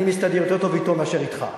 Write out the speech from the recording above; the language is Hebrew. אני מסתדר יותר טוב אתו מאשר אתך,